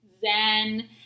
Zen